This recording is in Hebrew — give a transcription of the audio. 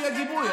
שיהיה גיבוי,